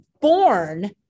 born